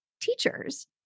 teachers